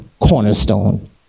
cornerstone